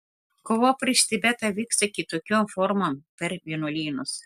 kova prieš tibetą vyksta kitokiom formom per vienuolynus